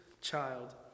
child